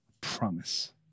promise